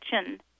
Kitchen